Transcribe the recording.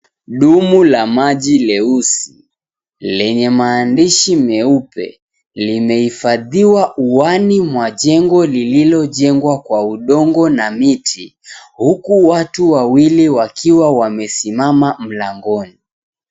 Dumu la maji leusi lenye maandishi meupe, limehifadhiwa uani mwa jengo lililojengwa kwa udongo na miti, huku watu wawili wakiwa wamesimama mlangoni.